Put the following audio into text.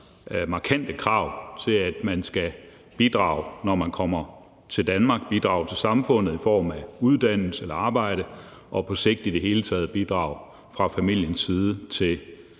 markante krav til, at man skal bidrage, når man kommer til Danmark – bidrage til samfundet i form af uddannelse eller arbejde og på sigt i det hele taget bidrage fra familiens side til